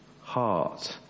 heart